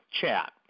chat